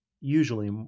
usually